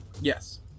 Yes